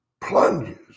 plunges